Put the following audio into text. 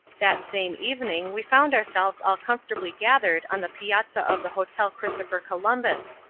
that same evening we found ourselves all comfortably gathered on the piazza of the hotel christopher columbus.